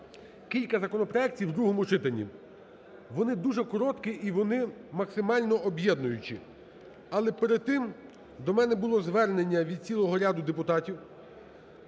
кілька законопроектів в другому читанні. Вони дуже короткі і вони максимально об'єднуючи. Але перед тим до мене було звернення від цілого ряду депутатів,